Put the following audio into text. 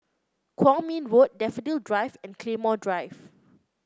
Kwong Min Road Daffodil Drive and Claymore Drive